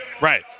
Right